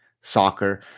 soccer